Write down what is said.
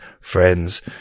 friends